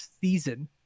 season